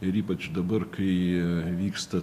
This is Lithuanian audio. ir ypač dabar kai vyksta